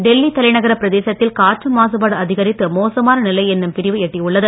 டெல்லி தலைநகர பிரதேசத்தில் காற்று மாசுபாடு அதிகரித்து மோசமான நிலை என்னும் பிரிவை எட்டியுள்ளது